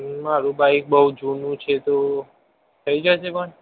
મારું બાઇક બહું જૂનું છે તો થઈ જશે પણ